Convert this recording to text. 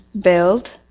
build